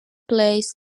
placed